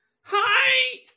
Hi